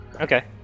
Okay